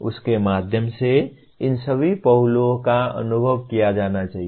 उस के माध्यम से इन सभी पहलुओं का अनुभव किया जाना चाहिए